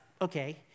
Okay